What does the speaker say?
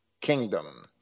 kingdom